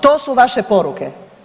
To su vaše poruke.